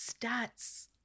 stats